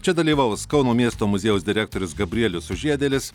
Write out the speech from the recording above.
čia dalyvaus kauno miesto muziejaus direktorius gabrielius sužiedėlis